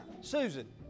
Susan